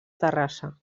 terrassa